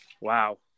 Wow